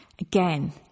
Again